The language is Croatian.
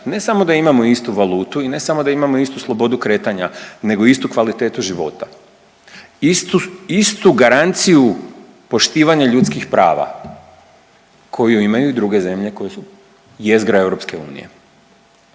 ne samo da imamo istu valutu i ne samo da imamo istu slobodu kretanja nego istu kvalitetu života, istu, istu garanciju poštivanja ljudskih prava koju imaju i druge zemlje koje su jezgra EU. To znači